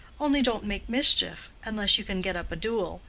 only don't make mischief unless you can get up a duel,